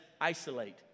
isolate